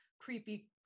creepy